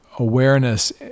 awareness